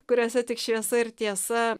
kuriuose tik šviesa ir tiesa